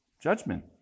judgment